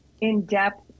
in-depth